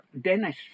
Dennis